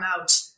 out